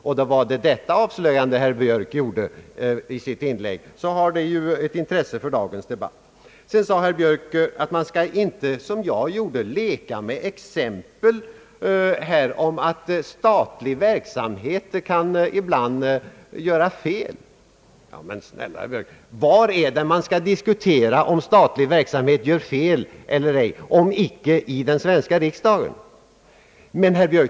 Var det detta avslöjande herr Björk gjorde i sitt inlägg, har det ett intresse för dagens debatt. Sedan nämnde herr Björk att man inte skall, som jag gjorde, leka med exempel på att statlig verksamhet ibland kan innebära fel. Men snälla herr Björk, var är det man skall diskutera om statlig verksamhet gör fel eller inte, om inte i den svenska riksdagen?